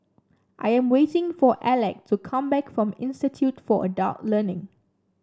I am waiting for Alec to come back from Institute for Adult Learning